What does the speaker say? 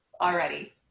Already